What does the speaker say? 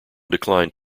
declined